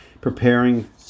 preparing